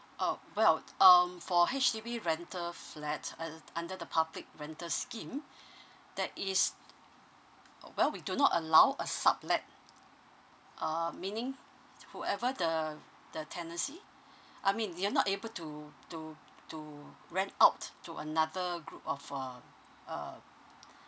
orh well um for H_D_B rental flat uh under the public rental scheme that is uh well we do not allow a sublet uh meaning whoever the the tenancy I mean you're not able to to to rent out to another group of uh um